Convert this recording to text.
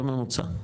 בממוצע?